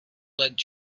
led